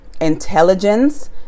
intelligence